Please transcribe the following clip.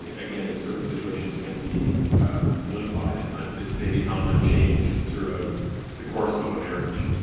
ah again, in certain situations can be solidified and they become unchanged throughout the course of a marriage.